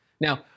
Now